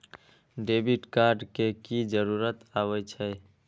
Debit card के की जरूर आवे छै?